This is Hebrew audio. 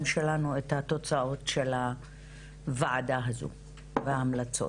שלנו את התוצאות של הוועדה הזאת וההמלצות.